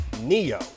Neo